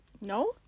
No